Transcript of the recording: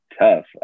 tough